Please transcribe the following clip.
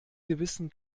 gewissen